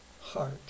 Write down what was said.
heart